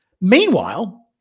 Meanwhile